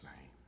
name